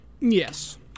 Yes